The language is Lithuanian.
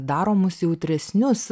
daro mus jautresnius